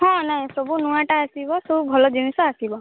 ହଁ ନାଇଁ ସବୁ ନୂଆଟା ଆସିବ ସବୁ ଭଲ ଜିନିଷ ଆସିବ